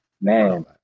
man